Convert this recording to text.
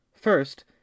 First